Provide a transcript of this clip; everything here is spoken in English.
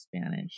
Spanish